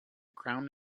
crown